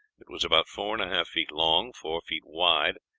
it was about four and a half feet long, four feet wide,